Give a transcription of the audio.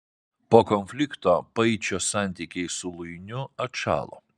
po konflikto paičio santykiai su luiniu atšalo